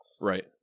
Right